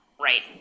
right